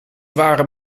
waren